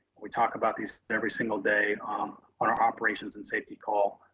we talk about these every single day on our operations and safety call,